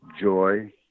joy